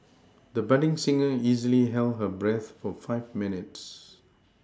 the budding singer easily held her breath for five minutes